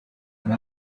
and